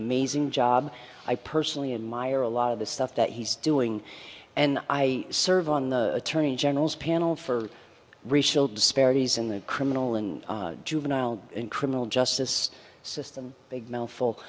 amazing job i personally and my are a lot of the stuff that he's doing and i serve on the attorney general's panel for resale disparities in the criminal and juvenile and criminal justice system big mouthful